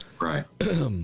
Right